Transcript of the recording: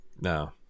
No